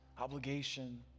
obligation